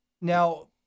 Now